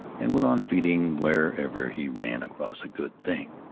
and went on feeding wherever he ran across a good thing.